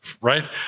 right